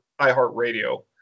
iHeartRadio